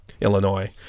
Illinois